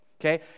Okay